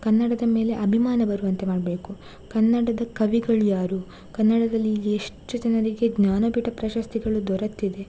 ಕನ್ನಡದ ಮೇಲೆ ಅಭಿಮಾನ ಬರುವಂತೆ ಮಾಡಬೇಕು ಕನ್ನಡದ ಕವಿಗಳು ಯಾರು ಕನ್ನಡದಲ್ಲಿ ಎಷ್ಟು ಜನರಿಗೆ ಜ್ಞಾನಪೀಠ ಪ್ರಶಸ್ತಿಗಳು ದೊರೆತಿದೆ